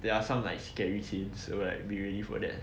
there are some like scary scenes so right be ready for that